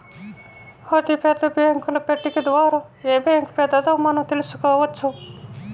అతిపెద్ద బ్యేంకుల పట్టిక ద్వారా ఏ బ్యాంక్ పెద్దదో మనం తెలుసుకోవచ్చు